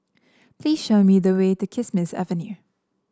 please show me the way to Kismis Avenue